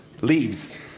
Leaves